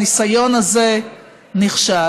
הניסיון הזה נכשל.